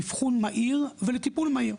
לאבחון מהיר ולטיפול מהיר.